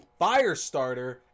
Firestarter